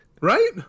Right